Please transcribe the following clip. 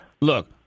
look